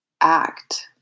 act